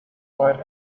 right